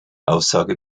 aussage